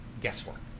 guesswork